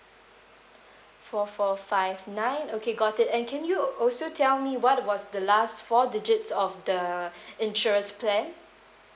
four four five nine okay got it and can you also tell me what was the last four digits of the insurance plan